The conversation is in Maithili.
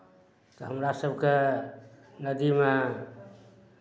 हमरा सभकेँ नदीमे